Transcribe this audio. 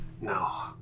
No